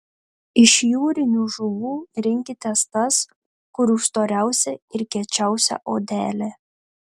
iš jūrinių žuvų rinkitės tas kurių storiausia ir kiečiausia odelė